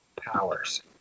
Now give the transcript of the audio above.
powers